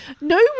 No